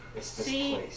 See